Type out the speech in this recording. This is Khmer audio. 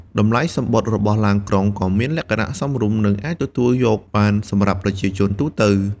តម្លៃសំបុត្ររបស់ឡានក្រុងក៏មានលក្ខណៈសមរម្យនិងអាចទទួលយកបានសម្រាប់ប្រជាជនទូទៅ។